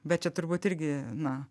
bet čia turbūt irgi na